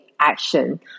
action